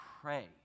pray